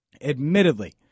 Admittedly